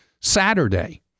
Saturday